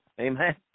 Amen